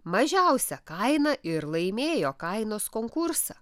mažiausią kainą ir laimėjo kainos konkursą